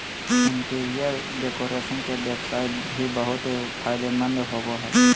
interior decoration के व्यवसाय भी बहुत फायदेमंद होबो हइ